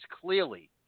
clearly